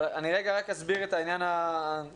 אבל אסביר את העניין הטכני-משפטי,